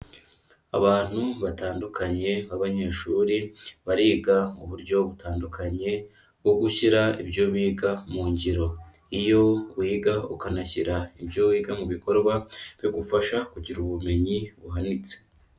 Abantu batandukanye b'abanyeshuri bariga mu buryo butandukanye bwo gushyira ibyo biga mu ngiro, iyo wiga ukanashyira ibyo wiga mu bikorwa bigufasha kugira ubumenyi buhanitse.